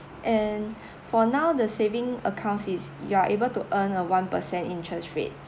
and for now the saving accounts is you're able to earn a one per cent interest rates